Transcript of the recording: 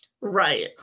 Right